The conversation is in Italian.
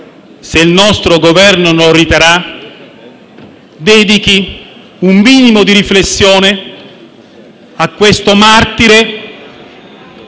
se il nostro Governo non riterrà di farlo, dedichi un minimo di riflessione a questo martire